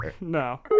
No